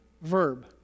verb